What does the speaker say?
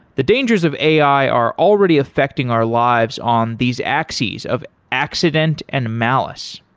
the dangers of ai are already affecting our lives on these axes of accident and malice.